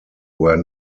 were